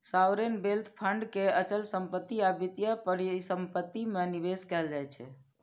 sovereign wealth fund के अचल संपत्ति आ वित्तीय परिसंपत्ति मे निवेश कैल जाइ छै